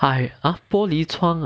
!aiyo! !huh! 玻璃窗啊